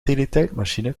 teletijdmachine